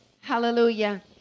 Hallelujah